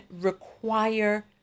require